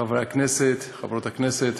חברי הכנסת, חברות הכנסת,